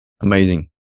amazing